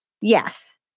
Yes